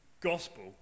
gospel